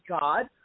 God